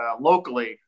locally